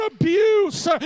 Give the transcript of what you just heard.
abuse